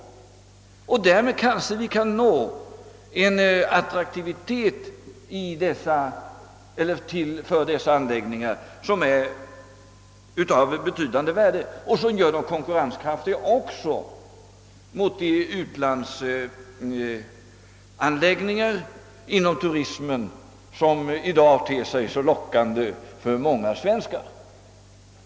Därmed kanske vi kan nå en attraktivitet för dessa anläggningar som är av betydande värde och som gör dem konkurrenskraftiga också mot de utlandsanläggningar inom turismen som i dag ter sig så lockande för många svenskar.